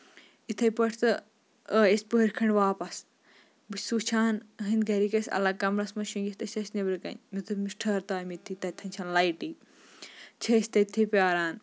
یِتھٕے پٲٹھۍ تہٕ آے ٲسۍ پٔہر کھٔنڈۍ واپَس بہٕ چھَس وٕچھان أۂندۍ گرِکۍ ٲسۍ الگ کَمرَس منٛز شٔنگِتھ تہٕ أسۍ ٲسۍ نیبرٕ کَنۍ مےٚ دوٚپ أمِس ٹھٔہَر تام ییٚتھی تَتین چھےٚ نہٕ لایٹٕے چھِ أسۍ تٔتھی پیاران